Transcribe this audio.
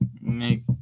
make